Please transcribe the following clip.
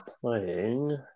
playing